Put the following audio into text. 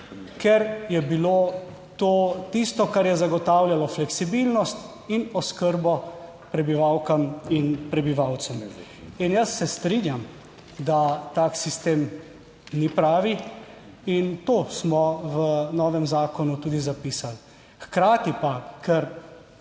ker je bilo to tisto, kar je zagotavljalo fleksibilnost in oskrbo prebivalkam in prebivalcem. In jaz se strinjam, da tak sistem ni pravi in to smo v novem zakonu tudi zapisali. Hkrati pa, ker